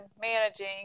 managing